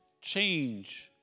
change